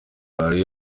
hari